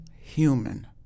human